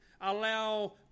allow